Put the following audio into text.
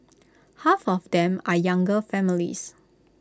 half of them are younger families